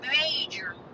major